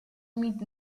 mít